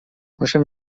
muszę